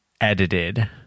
edited